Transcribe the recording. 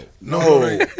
No